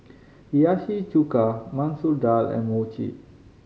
Hiyashi Chuka Masoor Dal and Mochi